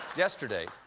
yesterday,